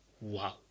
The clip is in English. wow